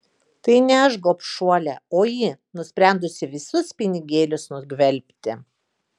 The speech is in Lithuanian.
tai ne aš gobšuolė o ji nusprendusi visus pinigėlius nugvelbti